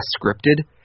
scripted